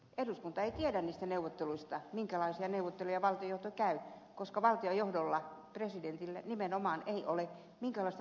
eduskunta ei tiedä niistä neuvotteluista minkälaisia neuvotteluja valtionjohto käy koska valtionjohdolla presidentillä nimenomaan ei ole minkäänlaista parlamentaarista vastuuta